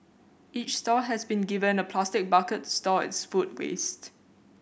each stall has been given a plastic bucket to store its food waste